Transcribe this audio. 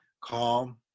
calm